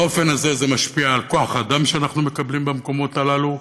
באופן הזה זה משפיע על כוח האדם שאנחנו מקבלים במקומות הללו,